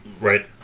Right